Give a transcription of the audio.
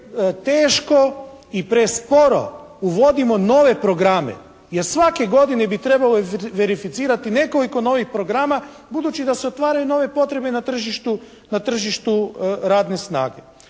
preteško i presporo uvodimo nove programe jer svake godine bi trebalo verificirati nekoliko novih programa budući da se otvaraju nove potrebe na tržištu radne snage.